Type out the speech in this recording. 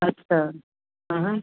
अच्छा कहाँ